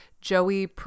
joey